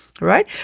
Right